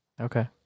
Okay